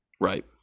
Right